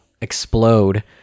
explode